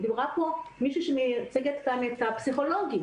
דיברה כאן מישהו שמייצגת את הפסיכולוגים,